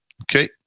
Okay